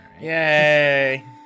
Yay